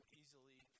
easily